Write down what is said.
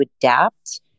adapt